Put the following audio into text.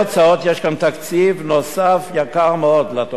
יש כאן תקציב נוסף, יקר מאוד, לתוכנית הזאת.